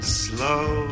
slow